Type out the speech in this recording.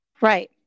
Right